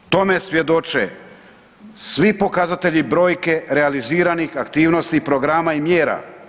Tome svjedoče svi pokazatelji i brojke realiziranih aktivnosti programa i mjera.